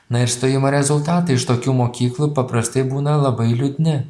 na ir stojimo rezultatai iš tokių mokyklų paprastai būna labai liūdni